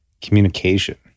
communication